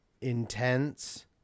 intense